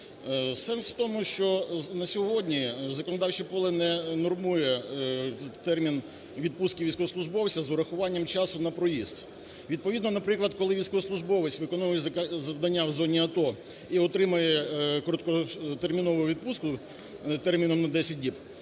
Сенс в тому, що на сьогодні законодавче поле не нормує термін відпустки військовослужбовця з урахуванням часу на проїзд. Відповідно, наприклад, коли військовослужбовець виконує завдання в АТО і отримує короткотермінову відпустку терміном на 10 діб,